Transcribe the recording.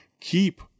keep